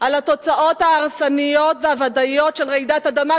לתוצאות ההרסניות והוודאיות של רעידת אדמה,